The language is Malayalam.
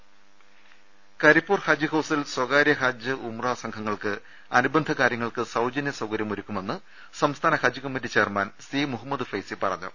രുട്ട്ട്ട്ട്ട്ട്ട്ട കരിപ്പൂർ ഹജ്ജ് ഹൌസിൽ സ്വകാര്യ ഹജ്ജ് ഉംറ സംഘങ്ങൾക്ക് അനു ബന്ധ കാര്യങ്ങൾക്ക് സൌജന്യ സൌകര്യമൊരുക്കുമെന്ന് സംസ്ഥാന ഹജ്ജ് committee chairman C Muhammad Faizy പറഞ്ഞു